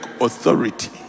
authority